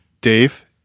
Dave